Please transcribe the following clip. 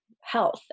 health